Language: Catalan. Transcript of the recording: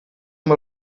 amb